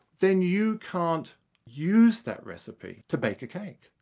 then you can't use that recipe to bake a cake.